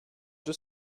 deux